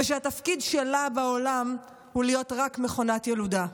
ושהתפקיד שלה בעולם הוא להיות רק מכונת ילודה.